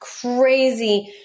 crazy